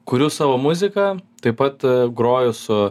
kuriu savo muziką taip pat groju su